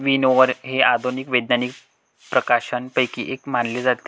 विनओवर हे आधुनिक वैज्ञानिक प्रकाशनांपैकी एक मानले जाते